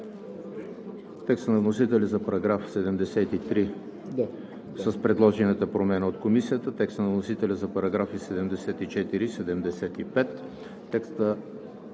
текста на вносителя за § 73 с предложената промяна от Комисията; текста на вносителя за параграфи 74 и 75;